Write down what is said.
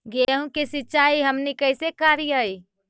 गेहूं के सिंचाई हमनि कैसे कारियय?